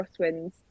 crosswinds